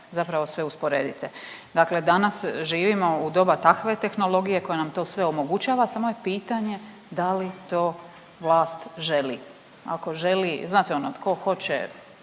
zapravo sve usporedite. Dakle, danas živimo u doba takve tehnologije koja nam to sve omogućava samo je pitanje da li to vlast želi. Ako želi, znate ono tko hoće